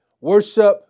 Worship